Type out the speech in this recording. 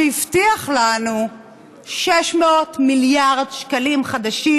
שהבטיח לנו 600 מיליארד שקלים חדשים.